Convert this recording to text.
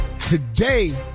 Today